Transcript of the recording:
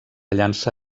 llança